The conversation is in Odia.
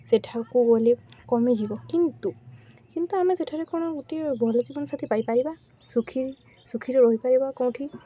ସେଠାକୁ ଗଲେ କମିଯିବ କିନ୍ତୁ କିନ୍ତୁ ଆମେ ସେଠାରେ କ'ଣ ଗୋଟିଏ ଭଲ ଜୀବନସାଥି ପାଇପାରିବା ସୁୁଖୀ ସୁଖୀରେ ରହିପାରିବା କେଉଁଠି